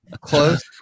close